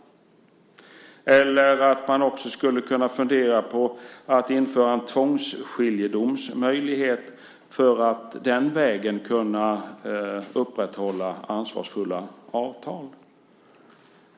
Man skulle också kunna fundera på att införa en tvångsskiljedomsmöjlighet för att den vägen upprätthålla ansvarsfulla avtal.